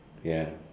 ya